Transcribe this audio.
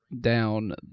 down